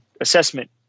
assessment